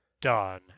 done